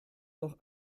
doch